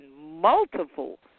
multiple